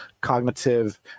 cognitive